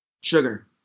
sugar